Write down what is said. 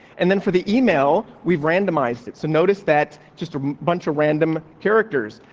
and then for the email we've randomized. it's to notice that just a bunch of random characters,